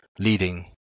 leading